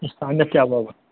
اِسلامیت تہِ اَوا اَوا